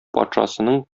патшасының